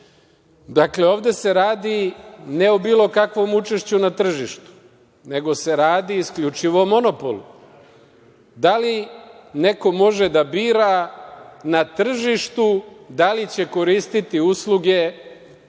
Sedi. Dakle, ovde se radi ne o bilo kakvom učešću na tržištu, nego se radi isključivo o monopolu. Da li neko može da bira na tržištu da li će koristiti usluge